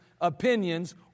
opinions